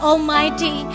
Almighty